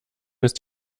ist